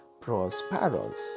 Prosperous